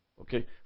okay